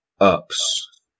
ups